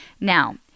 Now